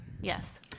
Yes